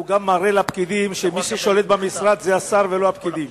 הוא גם מראה לפקידים שמי ששולט במשרד זה השר ולא הפקידים.